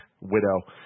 Widow